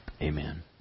Amen